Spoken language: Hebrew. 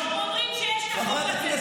אומרים שיש את החוק הזה, אז חכה.